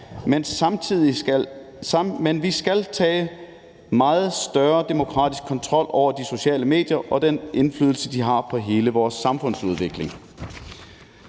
Men vi skal samtidig tage meget større demokratisk kontrol over de sociale medier og den indflydelse, de har på hele vores samfundsudvikling.